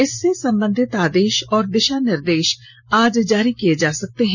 इससे संबधित आदेश और दिशा निर्देश आज जारी किए जा सकते हैं